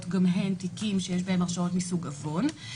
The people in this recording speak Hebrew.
גם הן תיקים שיש בהם הרשעות מסוג עוון.